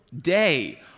day